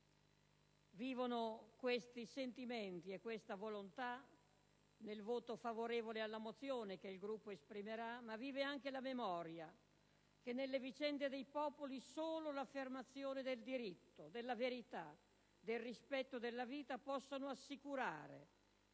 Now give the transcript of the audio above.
Vivono questi sentimenti e questa volontà nel voto favorevole alla mozione che il Gruppo esprimerà; ma vive anche la memoria che nelle vicende dei popoli solo l'affermazione del diritto, della verità, del rispetto della vita possono assicurare